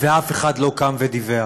ואף אחד לא קם ודיווח.